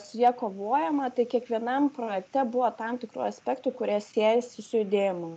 su ja kovojama tai kiekvienam projekte buvo tam tikrų aspektų kurie siejasi su judėjimu